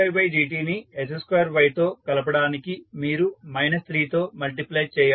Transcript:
dydt ని s2Y తో కలపడానికి మీరు 3 తో మల్టీప్లై చేయాలి